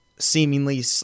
seemingly